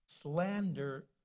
slander